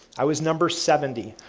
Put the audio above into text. i was number seventy,